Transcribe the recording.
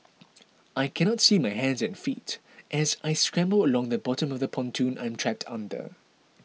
I cannot see my hands and feet as I scramble along the bottom of the pontoon I'm trapped under